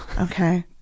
Okay